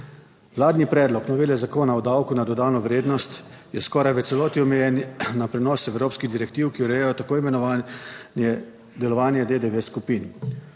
Vladni predlog novele Zakona o davku na dodano vrednost je skoraj v celoti omejen na prenos evropskih direktiv, ki urejajo tako imenovano delovanje DDV skupin.